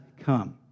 come